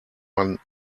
man